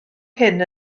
hyn